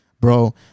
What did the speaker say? Bro